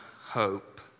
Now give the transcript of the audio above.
hope